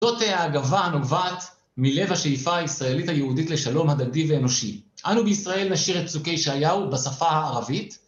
זאת האגבה הנובעת מלב השאיפה הישראלית היהודית לשלום הדדי ואנושי. אנו בישראל נשאיר את פסוקי ישעיהו בשפה הערבית.